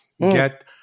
get